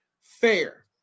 fair